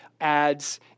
ads